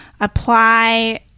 apply